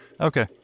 Okay